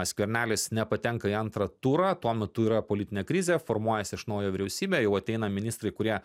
skvernelis nepatenka į antrą turą tuo metu yra politinė krizė formuojasi iš naujo vyriausybė jau ateina ministrai kurie